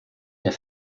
der